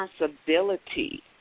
responsibility